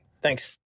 Thanks